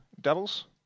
doubles